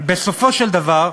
בסופו של דבר,